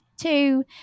two